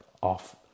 off